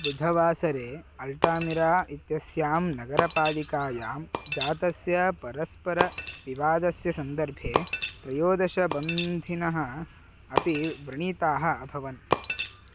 बुधवासरे अल्टामिरा इत्यस्यां नगरपालिकायां जातस्य परस्परविवादस्य सन्दर्भे त्रयोदशबन्धिनः अपि व्रणीताः अभवन्